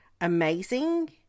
amazing